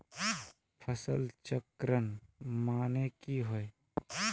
फसल चक्रण माने की होय?